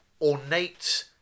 ornate